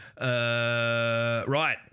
Right